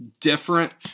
different